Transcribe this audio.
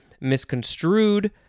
misconstrued